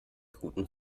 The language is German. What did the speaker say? guten